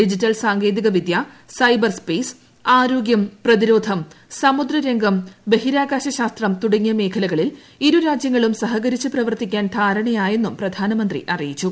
digital സാങ്കേതിക വിദ്യ cyber space ആരോഗ്യം പ്രതിരോധം സമുദ്രരംഗം ബഹിരാകാശ ശാസ്ത്രം തുടങ്ങിയ മേഖലകളിൽ ഇരു രാജൃങ്ങളും സഹകരിച്ച് പ്രവർത്തിക്കാൻ ധാരണയായെന്നും പ്രധാനമന്ത്രി അറിയിച്ചു